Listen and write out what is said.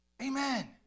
Amen